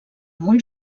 molt